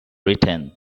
written